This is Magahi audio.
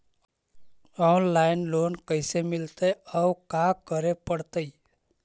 औनलाइन लोन कैसे मिलतै औ का करे पड़तै?